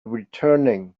returning